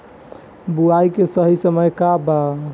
बुआई के सही समय का वा?